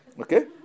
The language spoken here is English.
Okay